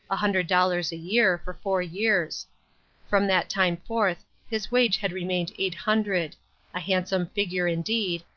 a hundred dollars a year, for four years from that time forth his wage had remained eight hundred a handsome figure indeed,